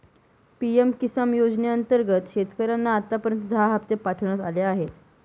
PM Kisan योजनेअंतर्गत शेतकऱ्यांना आतापर्यंत दहा हप्ते पाठवण्यात आले आहेत